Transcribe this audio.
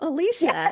Alicia